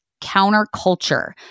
counterculture